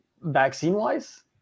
vaccine-wise